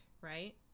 right